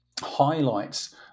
highlights